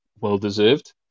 well-deserved